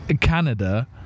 Canada